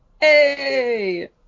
hey